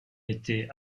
était